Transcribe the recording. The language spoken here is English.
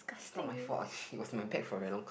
it's not my fault it was in my bag for very long